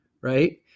right